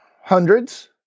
hundreds